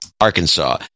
Arkansas